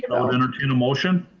and i'll entertain a motion.